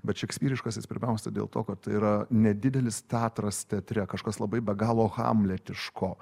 bet šekspyriškas jis pirmiausia dėl to kad tai yra nedidelis teatras teatre kažkas labai be galo hamletiško